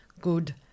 good